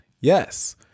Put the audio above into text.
yes